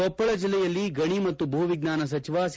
ಕೊಪ್ಪಳ ಜಲ್ಲೆಯಲ್ಲಿ ಗಣಿ ಮತ್ತು ಭೂ ವಿಜ್ಞಾನ ಸಚಿವ ಸಿ